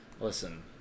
listen